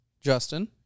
Justin